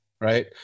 right